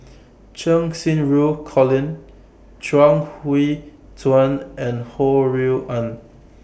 Cheng Xinru Colin Chuang Hui Tsuan and Ho Rui An